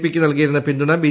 പിയ്ക്ക് നൽകിയിരുന്ന പിന്തുണ ബി